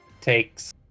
Takes